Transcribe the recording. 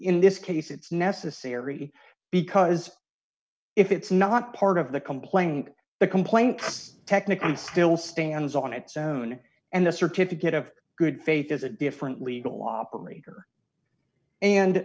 in this case it's necessary because if it's not part of the complaint the complaints technically still stands on its own and the certificate of good faith is a different legal operator and